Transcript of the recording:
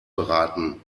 beraten